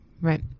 Right